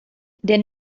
der